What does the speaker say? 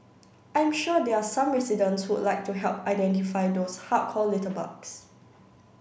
I'm sure there are some residents who would like to help identify those hardcore litterbugs